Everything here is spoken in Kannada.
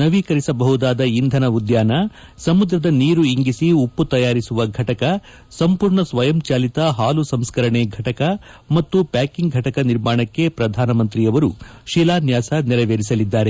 ನವೀಕರಿಸಬಹುದಾದ ಇಂಧನ ಉದ್ಯಾನ ಸಮುದ್ರದ ನೀರು ಇಂಗಿಸಿ ಉಪ್ಪು ತಯಾರಿಸುವ ಫೆಟಕ ಸಂಪೂರ್ಣ ಸ್ವಯಂ ಚಾಲಿತ ಹಾಲು ಸಂಸ್ಕರಣೆ ಫೆಟಕ ಮತ್ತು ಪ್ಯಾಕಿಂಗ್ ಫೆಟಕ ನಿರ್ಮಾಣಕ್ಕೆ ಪ್ರಧಾನಮಂತ್ರಿ ಅವರು ಶಿಲಾನ್ಯಾಸ ನೆರವೇರಿಸಲಿದ್ದಾರೆ